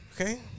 Okay